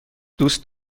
دوست